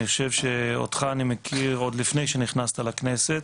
אני חושב שאותך אני מכיר עוד לפני שנכנסת לכנסת